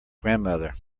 grandmother